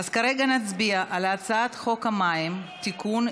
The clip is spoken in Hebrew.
אז כרגע נצביע על הצעת חוק המים (תיקון,